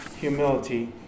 humility